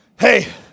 hey